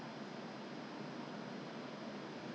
yeah err 七十阿七十 yes